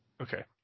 Okay